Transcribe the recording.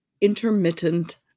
intermittent